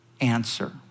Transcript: answer